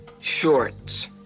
shorts